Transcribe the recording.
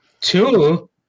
Two